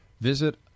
visit